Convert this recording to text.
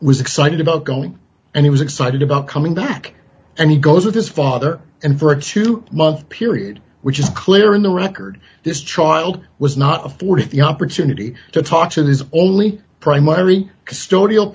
was excited about going and he was excited about coming back and he goes of his father and for a two month period which is clear in the record this child was not afforded the opportunity to talk to his only primary custodial